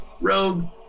robe